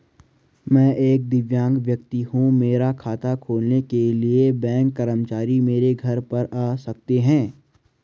मैं एक दिव्यांग व्यक्ति हूँ मेरा खाता खोलने के लिए बैंक कर्मचारी मेरे घर पर आ सकते हैं?